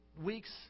weeks